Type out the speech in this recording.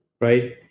Right